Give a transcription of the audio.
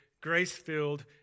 grace-filled